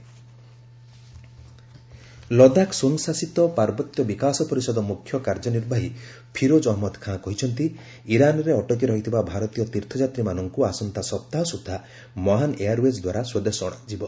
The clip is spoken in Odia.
ପିଲିଗ୍ରୀମ୍ସ୍ ଇଭାକୁଏସନ୍ ଲଦାଖ୍ ସ୍ୱୟଂଶାସିତ ପାର୍ବତ୍ୟ ବିକାଶ ପରିଷଦ ମୁଖ୍ୟ କାର୍ଯ୍ୟନିର୍ବାହୀ ଫିରୋଜ୍ ଅହନ୍ମଦ୍ ଖାଁ କହିଛନ୍ତି ଇରାନ୍ରେ ଅଟକି ରହିଥିବା ଭାରତୀୟ ତୀର୍ଥଯାତ୍ରୀମାନଙ୍କୁ ଆସନ୍ତା ସପ୍ତାହ ସୁଦ୍ଧା ମହାନ୍ ଏୟାର୍ ୱେକ୍ ଦ୍ୱାରା ସ୍ୱଦେଶ ଅଣାଯିବ